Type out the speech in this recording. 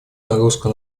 нагрузка